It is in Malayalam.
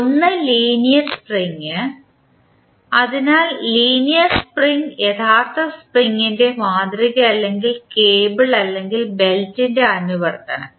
ഒന്ന് ലീനിയർ സ്പ്രിംഗ് അതിനാൽ ലീനിയർ സ്പ്രിംഗ് യഥാർത്ഥ സ്പ്രിംഗിൻറെ മാതൃക അല്ലെങ്കിൽ കേബിൾ അല്ലെങ്കിൽ ബെൽറ്റിൻറെ അനുവർത്തനം